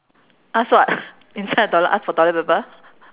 ask what inside the toilet ask for toilet paper